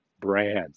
brand